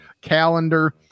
calendar